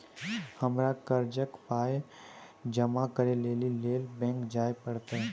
हमरा कर्जक पाय जमा करै लेली लेल बैंक जाए परतै?